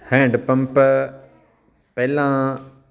hand pump ਪਹਿਲਾਂ